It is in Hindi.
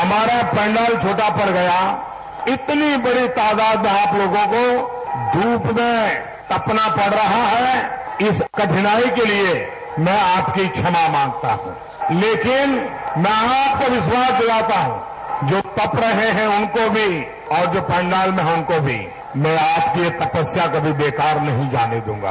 हमारा पैनल छोटा पड़ गया इतनी बड़ी तादात में आप लोगों को धूप में तपना पड़ रहा है इस कठिनाई के लिए मैं आप की क्षमा मांगता हूं लेकिन मैं आपको विश्वास दिलाता हूं जो तप रहे हैं उनको भी और जो पंडाल में हैं उनको भी मैं आपकी तपस्या कभी बेकार नहीं जाने दूंगा